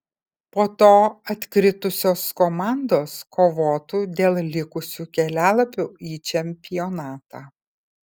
po to atkritusios komandos kovotų dėl likusių kelialapių į čempionatą